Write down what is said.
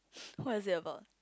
what is it about